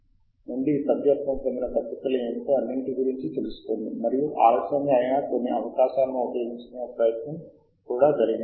కాబట్టి మొదటి ప్రదర్శన కీవర్డ్ ఆధారిత శోధన పై ఉంటుంది కీవర్డ్ ఆధారిత శోధన అర్థం ఏమిటంటే మనం పరిశోధనా ప్రాంతాన్ని వివరించే పదాల సమితిని ఎంచుకుని శోధించాలనుకుంటున్నాను